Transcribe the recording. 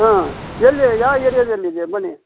ಹಾಂ ಎಲ್ಲಿ ಯಾವ ಏರ್ಯಾದಲ್ಲಿದೆ ಮನೆ